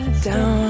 down